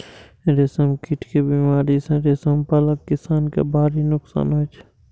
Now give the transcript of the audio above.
रेशम कीट के बीमारी सं रेशम पालक किसान कें भारी नोकसान होइ छै